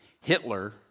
Hitler